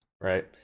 Right